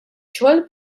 xogħol